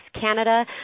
Canada